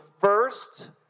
first